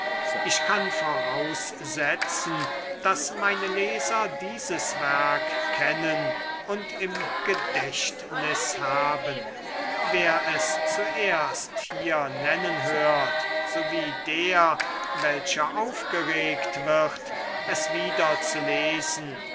ich kann voraussetzen daß meine leser dieses werk kennen und im gedächtnis haben wer es zuerst hier nennen hört sowie der welcher aufgeregt wird es wieder zu lesen